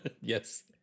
Yes